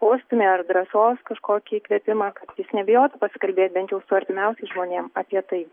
postūmį ar drąsos kažkokį įkvėpimą kad jis nebijotų pasikalbėt bent jau su artimiausiais žmonėm apie tai